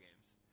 games